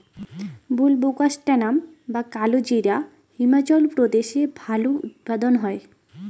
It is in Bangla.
বুলবোকাস্ট্যানাম বা কালোজিরা হিমাচল প্রদেশে ভালো উৎপাদন হয়